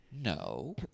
No